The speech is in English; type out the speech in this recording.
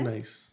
Nice